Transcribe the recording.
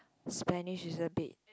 Spanish is a bit